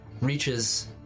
reaches